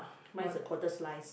mine's a quarter slices